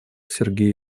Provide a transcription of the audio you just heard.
сергей